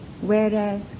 whereas